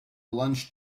lunch